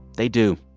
they do.